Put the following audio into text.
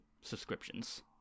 subscriptions